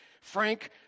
Frank